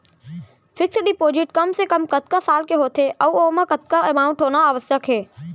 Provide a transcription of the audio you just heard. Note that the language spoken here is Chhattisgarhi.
फिक्स डिपोजिट कम से कम कतका साल के होथे ऊ ओमा कतका अमाउंट होना आवश्यक हे?